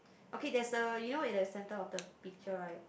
okay there is a you know in that center of the picture right